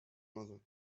mother